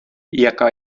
jaká